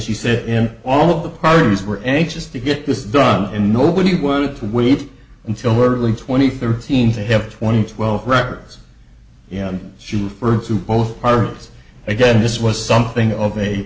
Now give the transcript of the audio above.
she said in all of the problems were anxious to get this done and nobody wanted to wait until early twenty thirteen to have twenty twelve records she referred to both partners again this was something of a